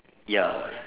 ya